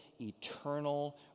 eternal